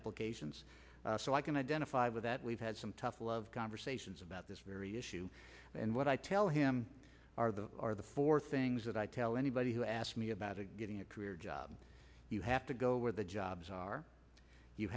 applications so i can identify with that we've had some tough love conversations about this very issue and what i tell him are the four things that i tell anybody who asked me about it getting a career job you have to go where the jobs are you